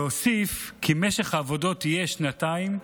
והוסיף כי משך העבודות יהיה שנתיים,